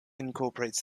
incorporates